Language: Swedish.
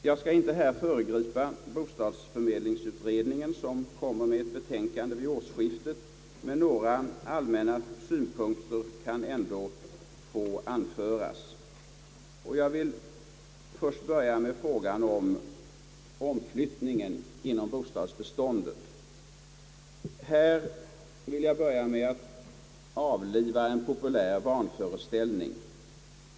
Jag skall inte föregripa bostadsförmedlingsutredningen som kommer med ett betänkande vid årsskiftet, men några allmänna synpunkter kan ändå få anföras. Jag vill börja med frågan om omflyttningen inom bostadsbeståndet. Jag vill då först avliva en populär vanföreställning.